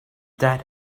that